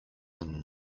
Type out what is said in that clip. than